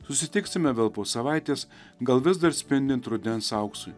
susitiksime vėl po savaitės gal vis dar spindint rudens auksui